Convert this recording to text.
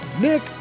Nick